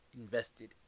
invested